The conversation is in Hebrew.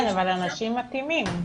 כן, אבל אנשים מתאימים.